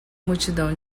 multidão